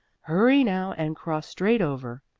hurry now and cross straight over.